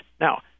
Now